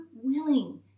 willing